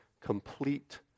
complete